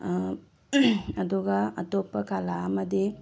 ꯑꯗꯨꯒ ꯑꯇꯣꯞꯄ ꯀꯥꯂꯥ ꯑꯃꯗꯤ